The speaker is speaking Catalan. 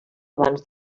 abans